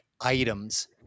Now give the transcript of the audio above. items